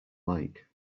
mike